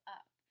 up